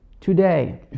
Today